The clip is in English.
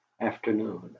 afternoon